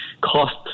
Cost